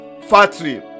factory